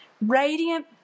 radiant